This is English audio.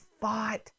fought